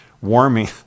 warming